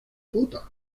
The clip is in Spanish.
puta